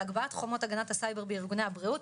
על הגבהת חומות הגנת הסייבר בארגוני הבריאות,